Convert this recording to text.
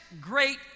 great